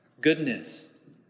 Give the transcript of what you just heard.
goodness